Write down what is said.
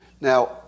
Now